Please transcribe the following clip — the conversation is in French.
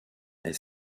est